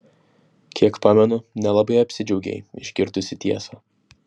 kiek pamenu nelabai apsidžiaugei išgirdusi tiesą